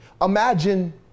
Imagine